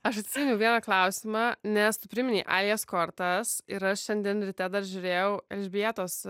aš atsiminiau vieną klausimą nes tu priminei aijas kortas ir aš šiandien ryte dar žiūrėjau elžbietos